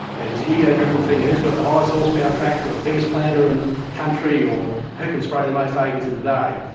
there's this ego driven thing who's got the highest horsepower tractor or the biggest planter in the country, or who can spray the most acres in a day.